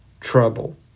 trouble